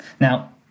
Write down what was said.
Now